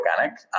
organic